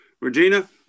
Regina